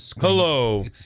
Hello